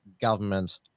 government